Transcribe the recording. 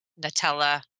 Nutella